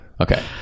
Okay